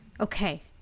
okay